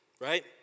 right